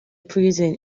prison